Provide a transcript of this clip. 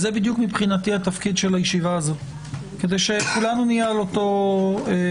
זה בדיוק מבחינתי התפקיד של הישיבה הזאת כדי שכולנו נהיה על אותו קו.